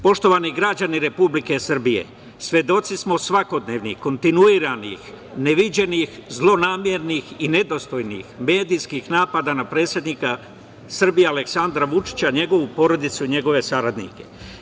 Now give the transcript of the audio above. Poštovani građani Republike Srbije, svedoci smo svakodnevnih kontinuiranih, neviđenih, zlonamernih i nedostojnih medijskih napada na predsednika Srbije, Aleksandra Vučića, njegovu porodicu, njegove saradnike.